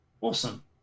Awesome